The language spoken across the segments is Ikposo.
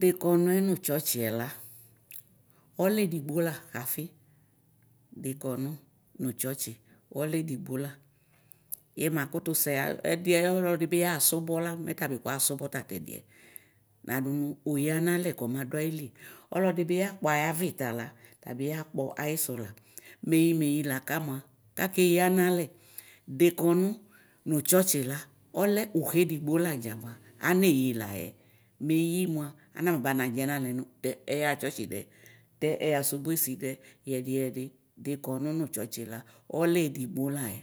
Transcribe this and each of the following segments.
dekɔnʋɛ nʋ tsɔtsiɛ la ɔlɛ ediɣbo la xafi dekɔnʋ nʋ tsɔtsi ɔlɛ ediɣbo la yɛmakʋtʋ sɛha ɛdiɛ ɔlɔdibi yaxa sʋbɔ la mɛ tabi kɔxa sʋbɔ tatɛdiɛ nadʋnʋ oyanalɛ kɔmadʋ ayili ɔlɔ dibi yakpɔ ayavita la tʋbi yakp ayiso la meyi meyi lakamʋa kaheya nalɛ dekɔnʋ nʋ tsɔtsi la ɔlɛ ʋha edigbo ladza bva aneyi layɛ meyi mʋa anaba nadzɛ nalo nʋ tɛ ɛyaxa tsɔtsi dɛ tɛ ɛyasʋbɔ esi dɛ yɛdi yɛdi dekɔnʋ nʋ tsɔtsila ɔlɛ edigbo layɛ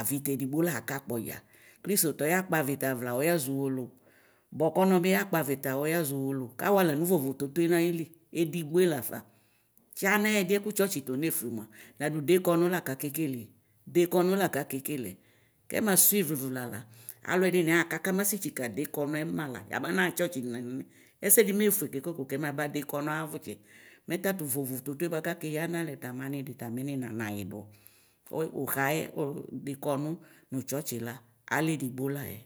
avitɛ edigbo la akpɔ dza kristotɔ yakpo avita vla ɔyazɔ ʋwdowʋ bɔkɔnɔ bi yakpɔ avita o ɔyazɔ ʋwolowʋ kawa lanʋ vovototoe nayili edigbo lafa tsʋ nɛdiɛ kʋ tsɔtsi tɔnefʋe mia nadʋ dekɔnʋ lakake. Kele dekɔnʋ lakakekeleɛ kɛ ma sʋivr alʋɛdini axa kaka matsi tsika dekɔnʋɛ mala yabanaxa tsɔtsi ɛsɛdi mefʋe kɛ kokoko kɛmaba dekɔnʋ ayʋ avʋtsɛ mɛ tatʋ vovo totoe bʋake yanalɛ ta mʋanidi ta mɛ ninanayidʋ ʋhayɛ dekɔnʋ nʋ tsɔtsila alɛ edigbo layɛ.